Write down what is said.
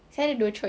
saya ada dua choice